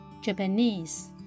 Japanese